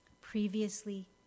previously